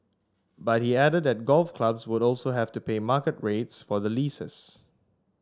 but he added that golf clubs would also have to pay market rates for the leases